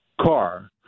car